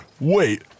Wait